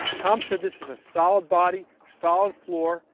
tom said this is a solid body, solid floor.